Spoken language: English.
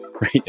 right